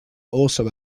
also